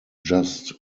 just